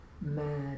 mad